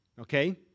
Okay